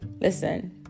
listen